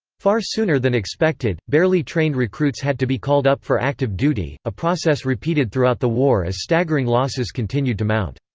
far sooner than expected, barely trained recruits had to be called up for active duty, a process repeated throughout the war as staggering losses continued to mount.